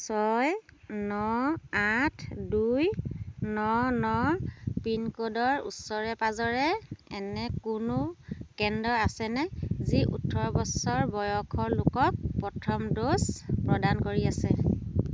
ছয় ন আঠ দুই ন ন পিন ক'ডৰ ওচৰে পাঁজৰে এনে কোনো কেন্দ আছেনে যি ওঠৰ বছৰ বয়সৰ লোকক প্ৰথম ড'জ প্ৰদান কৰি আছে